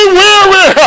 weary